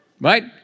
Right